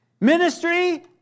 Ministry